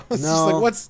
No